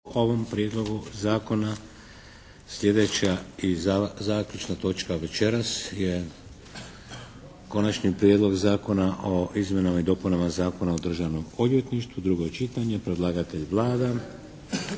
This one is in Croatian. Vladimir (HDZ)** Sljedeća i zaključna točka večeras je - Konačni prijedlog Zakona o izmjenama i dopunama Zakona o državnom odvjetništvu, drugo čitanje P.Z.